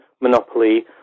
monopoly